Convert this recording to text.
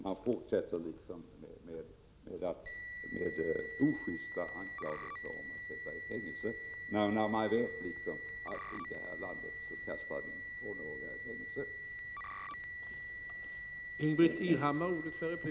Man fortsätter med ojusta anklagelser om att vi vill döma till fängelse, fastän man vet att vi i detta land inte kastar tonåringar i fängelse.